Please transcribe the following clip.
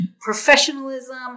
professionalism